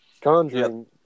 Conjuring